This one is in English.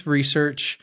research